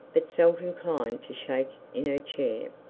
but felt inclined to shake in her chair.